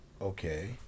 Okay